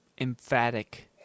emphatic